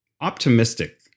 optimistic